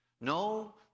No